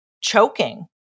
choking